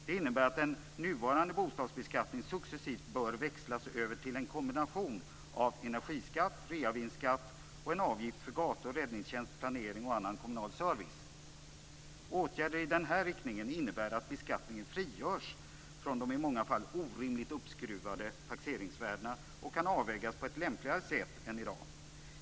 Det innebär att den nuvarande bostadsbeskattningen successivt bör växlas över till en kombination av energiskatt, reavinstskatt och en avgift för gator, räddningstjänst, planering och annan kommunal service. Åtgärder i den här riktningen innebär att beskattningen frigörs från de i många fall orimligt uppskruvade taxeringsvärdena och kan avvägas på ett lämpligare sätt än i dag.